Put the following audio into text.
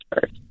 first